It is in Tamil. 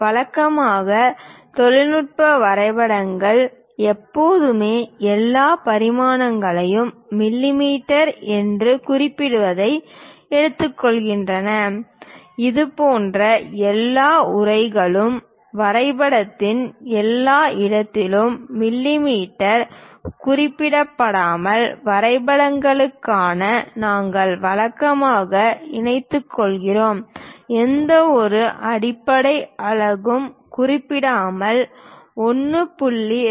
வழக்கமாக தொழில்நுட்ப வரைபடங்கள் எப்போதுமே எல்லா பரிமாணங்களையும் மிமீ என்று குறிப்பிடுவதை எடுத்துக்கொள்கின்றன இதுபோன்ற எல்லா உரைகளும் வரைபடத்தின் எல்லா இடங்களிலும் மிமீ குறிப்பிடாமல் வரைபடங்களுக்காக நாங்கள் வழக்கமாக இணைத்துக்கொள்கிறோம் எந்தவொரு அடிப்படை அலகுக்கும் குறிப்பிடாமல் 1